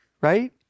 right